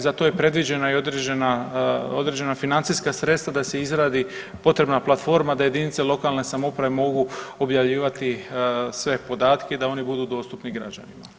Za to je previđena i određena, određena financijska sredstva da se izradi potrebna platforma da jedinice lokalne samouprave mogu objavljivati sve podatke i da oni budu dostupni građanima.